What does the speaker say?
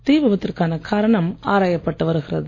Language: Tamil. தீவிபத்திற்கான காரணம் ஆராயப்பட்டு வருகிறது